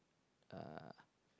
uh